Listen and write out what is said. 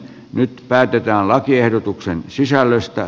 nyt päätetään lakiehdotuksen sisällöstä